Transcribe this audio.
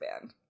band